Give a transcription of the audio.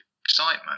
excitement